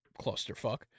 clusterfuck